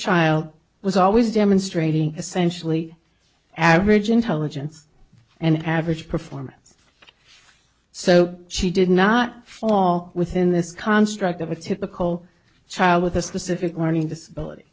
child was always demonstrating essentially average intelligence and average performance so she did not fall within this construct of a typical child with a specific learning disability